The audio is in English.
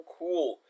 cool